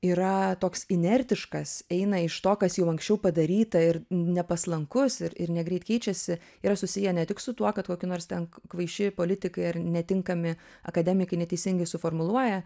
yra toks inertiškas eina iš to kas jau anksčiau padaryta ir nepaslankus ir ir negreit keičiasi yra susiję ne tik su tuo kad koki nors ten kvaiši politikai ar netinkami akademikai neteisingai suformuluoja